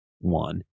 one